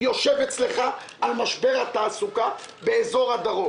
יושב אצלך לדיון על משבר התעסוקה באזור הדרום.